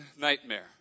nightmare